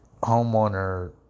homeowner